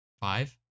five